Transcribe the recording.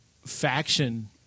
Faction